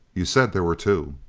you said there were two.